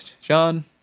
John